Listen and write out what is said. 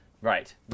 Right